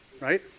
right